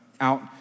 out